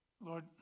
Lord